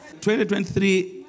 2023